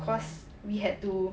cause we had to